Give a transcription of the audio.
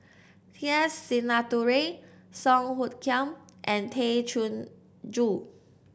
T S Sinnathuray Song Hoot Kiam and Tay Chin Joo